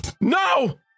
no